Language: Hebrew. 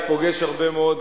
אני פוגש הרבה מאוד,